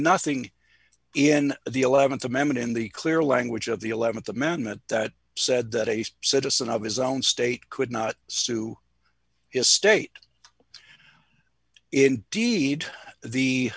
nothing in the th amendment in the clear language of the th amendment that said that a citizen of his own state could not sue is state indeed the